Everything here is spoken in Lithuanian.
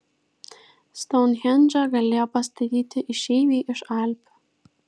stounhendžą galėjo pastatyti išeiviai iš alpių